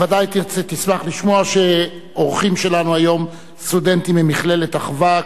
ודאי תשמח לשמוע שאורחים שלנו היום סטודנטים ממכללת "אחווה",